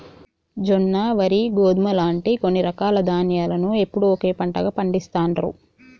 జొన్న, వరి, గోధుమ లాంటి కొన్ని రకాల ధాన్యాలను ఎప్పుడూ ఒకే పంటగా పండిస్తాండ్రు